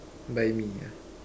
bite me ya